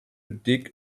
dig